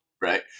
right